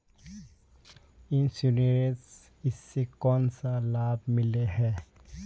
Insurance इस से कोन सा लाभ मिले है?